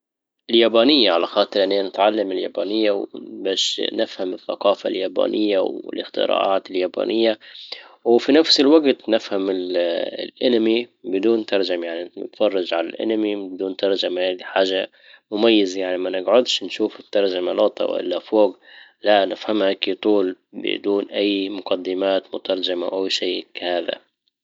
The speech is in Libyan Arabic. اليابانية على خاطر انا نتعلم اليابانية باش نفهم الثقافة اليابانية والاختراعات اليابانية وفي نفس الوجت نفهم الانمي بدون ترجمة يعني نتفرج عالانمي بدون ترجمة هادي حاجة مميزة يعني ما نجعدش نشوف الترجمة نقطة والا لا نفهمها كي طول بدون اي مقدمات مترجمة او اي شيء هذا.